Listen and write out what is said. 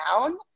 down